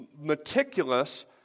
meticulous